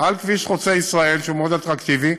על כביש חוצה-ישראל, שהוא מאוד אטרקטיבי,